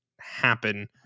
happen